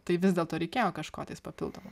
tai vis dėlto reikėjo kažko tais papildomo